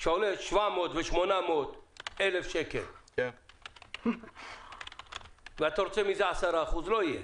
שעולה 700,000 או 800,000 שקל ואתה רוצה מזה 10% לא יהיה,